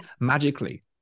magically